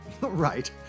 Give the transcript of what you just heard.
Right